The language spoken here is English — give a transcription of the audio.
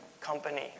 company